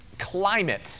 climate